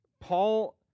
Paul